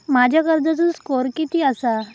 माझ्या कर्जाचो स्कोअर किती आसा?